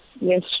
Yes